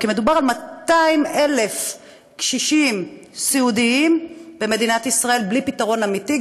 כי מדובר על 200,000 קשישים סיעודיים במדינת ישראל בלי פתרון אמיתי,